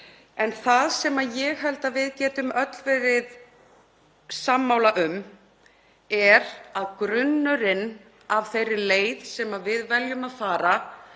En það sem ég held að við getum öll verið sammála um er að grunnurinn að þeirri leið sem við veljum að fara